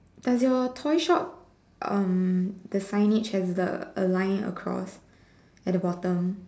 does your toy shop um the signage has the a line across at the bottom